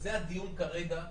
וזה הדיון כרגע,